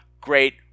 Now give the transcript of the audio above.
great